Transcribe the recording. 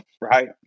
right